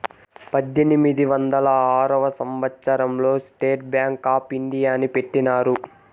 పద్దెనిమిది వందల ఆరవ సంవచ్చరం లో స్టేట్ బ్యాంక్ ఆప్ ఇండియాని పెట్టినారు